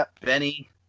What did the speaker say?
Benny